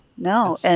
No